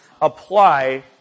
apply